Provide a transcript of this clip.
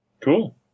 Cool